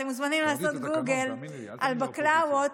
אתם מוזמנים לעשות גוגל על בקלאוות,